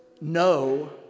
no